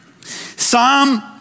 Psalm